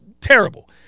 terrible